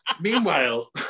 Meanwhile